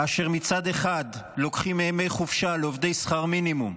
כאשר מצד אחד לוקחים ימי חופשה לעובדי שכר מינימום,